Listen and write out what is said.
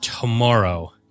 tomorrow